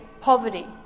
poverty